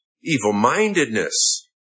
evil-mindedness